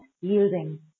yielding